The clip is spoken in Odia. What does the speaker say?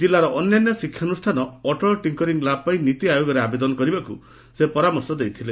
ଜିଲ୍ଲାର ଅନ୍ୟାନ୍ୟ ଶିକ୍ଷାନୁଷ୍ଠାନ ଅଟଳ ଟିଙ୍କରିଂ ଲାବ୍ ପାଇଁ ନୀତି ଆୟୋଗରେ ଆବେଦନ କରିବାକୁ ସେ ଦେଇଥିଲେ